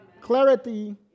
Clarity